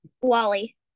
Wally